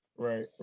Right